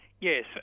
Yes